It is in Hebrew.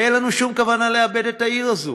אין לנו שום כוונה לאבד את העיר הזאת,